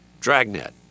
Dragnet